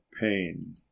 pain